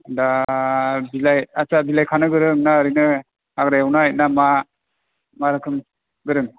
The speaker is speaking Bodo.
दा बिलाइ आस्सा बिलाइ खानो गोरों ना ओरैनो हाग्रा एवनाय ना मा मा रोखोम गोरों